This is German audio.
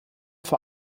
vor